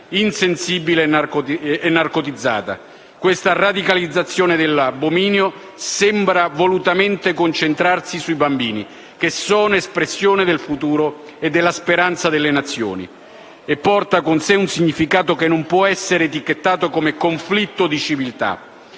insensibile e narcotizzata». Questa radicalizzazione dell'abominio sembra volutamente concentrarsi sui bambini, che sono espressione del futuro e della speranza delle Nazioni e porta con sé un significato che non può essere etichettato come conflitto di civiltà.